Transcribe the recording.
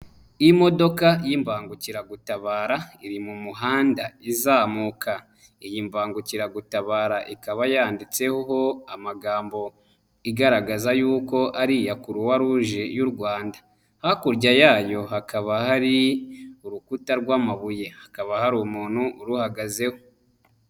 Imodoka y'imbangukiragutabara iri mu muhanda izamuka. Iyi mbangukiragutabara ikaba yanditseho amagambo igaragaza yuko ari iya kuruwaruje y'u Rwanda. Hakurya yayo hakaba hari urukuta rw'amabuye. Hakaba hari umuntu uruhagazeho.